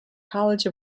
college